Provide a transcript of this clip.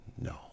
No